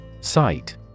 Sight